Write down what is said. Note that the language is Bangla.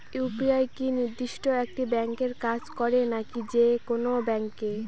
ইউ.পি.আই কি নির্দিষ্ট একটি ব্যাংকে কাজ করে নাকি যে কোনো ব্যাংকে?